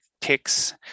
ticks